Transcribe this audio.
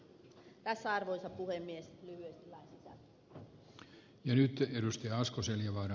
tässä arvoisa puhemies lyhyesti lain sisältö